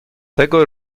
tego